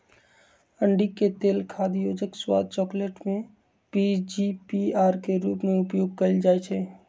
अंडिके तेल खाद्य योजक, स्वाद, चकलेट में पीजीपीआर के रूप में उपयोग कएल जाइछइ